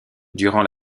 durant